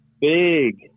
big